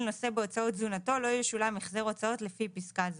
נושא בהוצאות תזונתנו לא ישולם החזר הוצאות לפי פסקה זו.